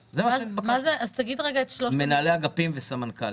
דהיינו מנהלי אגפים וסמנכ"לים.